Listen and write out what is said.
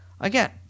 again